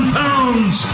pounds